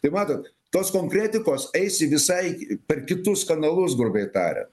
tai matot tos konkretikos eis į visai per kitus kanalus grubiai tariant